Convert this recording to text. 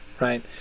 right